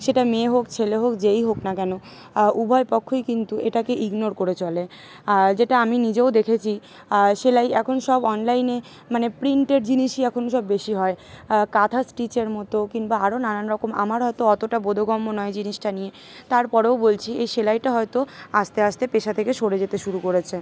সেটা মেয়ে হোক ছেলে হোক যেই হোক না কেন উভয় পক্ষই কিন্তু এটাকে ইগনোর করে চলে যেটা আমি নিজেও দেখেছি সেলাই এখন সব অনলাইনে মানে প্রিন্টেড জিনিসই এখন সব বেশি হয় কাঁথা স্টিচের মতো কিংবা আরও নানান রকম আমার হয়তো অতটা বোধগম্য নয় জিনিসটা নিয়ে তারপরেও বলছি এই সেলাইটা হয়তো আসতে আসতে পেশা থেকে সরে যেতে শুরু করেছে